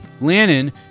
Lannon